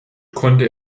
konnte